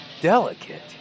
delicate